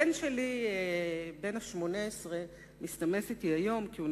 הבן שלי בן ה-18 מסתמס אתי היום כי הוא